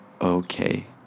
okay